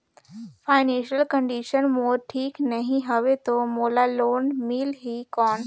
Financial condition मोर ठीक नी हवे तो मोला लोन मिल ही कौन??